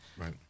right